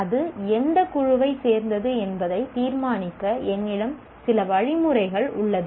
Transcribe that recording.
அது எந்த குழுவைச் சேர்ந்தது என்பதை தீர்மானிக்க என்னிடம் சில வழிமுறைகள் உள்ளது